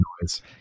noise